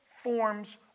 forms